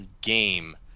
game